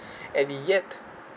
and yet